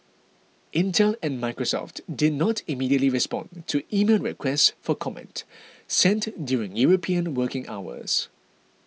Intel and Microsoft did not immediately respond to emailed requests for comment sent during European working hours